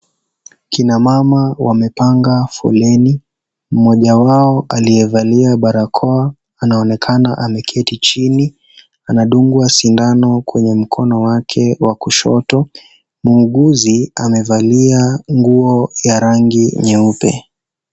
Kina mama wamepanga foleni. Mmoja wao aliyevalia barakoa anaonekana ameketi chini. Anadungwa sindano kwenye mkono wake wa kushoto. Muuguzi amevalia nguo ya rangi nyeupe.